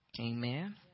Amen